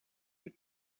your